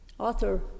author